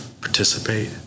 participate